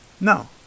No